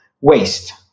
waste